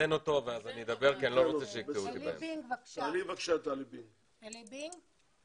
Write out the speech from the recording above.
תעלי בבקשה את עלי בינג.